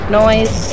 noise